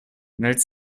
nel